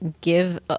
give